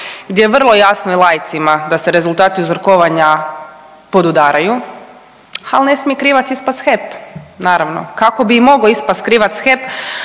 gdje je vrlo jasno i laicima da se rezultati uzurkovanja podudaraju, al ne smije krivac ispast HEP naravno, kako bi i mogao ispast krivac HEP